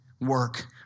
work